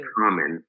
common